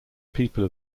people